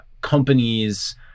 companies